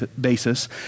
basis